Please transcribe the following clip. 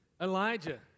Elijah